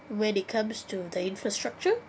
when it comes to the infrastructure